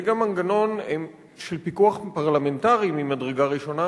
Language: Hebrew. זה גם מנגנון של פיקוח פרלמנטרי ממדרגה ראשונה,